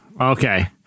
Okay